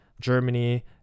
germany